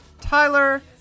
tyler